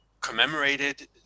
commemorated